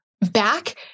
back